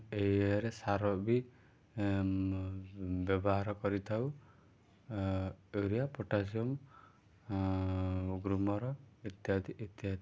ଏଇ ଇଏରେ ସାର ବି ବ୍ୟବହାର କରିଥାଉ ୟୁରିଆ ପୋଟାସିୟମ୍ ଗ୍ରୋମର ଇତ୍ୟାଦି ଇତ୍ୟାଦି